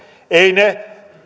eivät ne